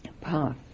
path